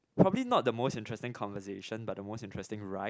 probably not the most interesting conversation but the most interesting ride